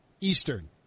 Eastern